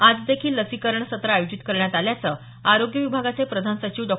आज देखील लसीकरण सत्र आयोजित करण्यात आल्याचं आरोग्य विभागाचे प्रधान सचिव डॉ